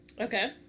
Okay